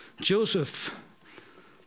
Joseph